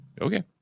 Okay